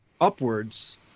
upwards